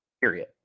Period